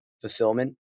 fulfillment